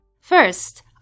First